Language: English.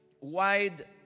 wide